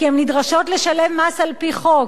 כי הן נדרשות לשלם מס על-פי חוק,